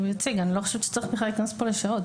אני לא חושבת שצריך בכלל להיכנס כאן לשעות.